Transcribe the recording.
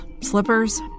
slippers